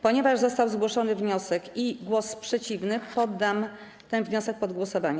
Ponieważ został zgłoszony wniosek i głos przeciwny, poddam ten wniosek pod głosowanie.